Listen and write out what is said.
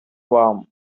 warm